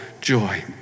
joy